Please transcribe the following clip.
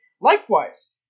Likewise